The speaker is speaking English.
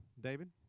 David